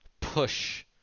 push